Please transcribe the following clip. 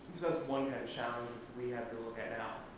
one kind of challenge we had to look at now.